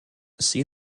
see